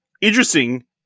interesting